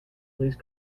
please